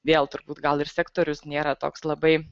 vėl turbūt gal ir sektorius nėra toks labai